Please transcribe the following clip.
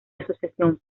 asociación